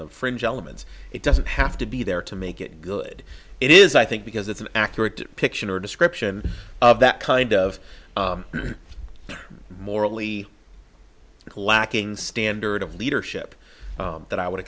the fringe elements it doesn't have to be there to make it good it is i think because it's an accurate depiction or description of that kind of morally lacking standard of leadership that i would